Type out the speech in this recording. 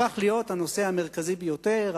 שהפך להיות הנושא המרכזי ביותר,